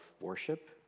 worship